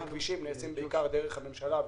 כבישים נעשים בעיקר דרך הממשלה,